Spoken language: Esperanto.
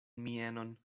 mienon